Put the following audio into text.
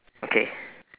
okay